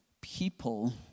people